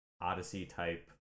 Odyssey-type